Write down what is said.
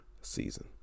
season